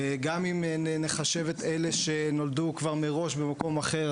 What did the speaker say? וגם אם נחשב את אלה שנולדו כבר מראש במקום אחר,